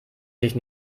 dich